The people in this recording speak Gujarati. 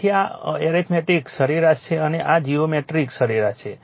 તેથી આ એરિથમેટિક સરેરાશ છે અને આ જીઓમેટ્રિક સરેરાશ છે